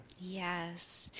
yes